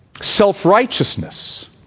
self-righteousness